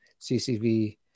CCV